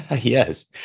Yes